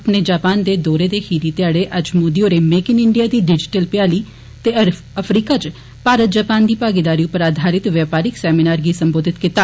अपने जापान दे दौरे दे खीरी ध्याड़े अज्ज मोदी होरे 'मेक इन इण्डिया' दी डिजीटल भ्याली ते अफ्रीका च भारत जापान दी भागीदारी उप्पर आधारित बपारिक सैमिनार गी सम्बोधित कीता